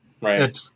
right